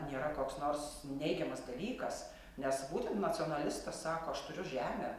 nėra koks nors neigiamas dalykas nes būtent nacionalistas sako aš turiu žemę